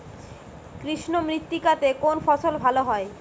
কৃষ্ণ মৃত্তিকা তে কোন ফসল ভালো হয়?